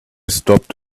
stopped